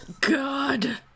God